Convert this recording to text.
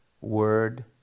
word